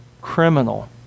criminal